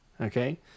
Okay